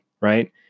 right